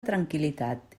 tranquil·litat